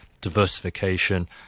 diversification